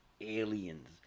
aliens